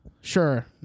Sure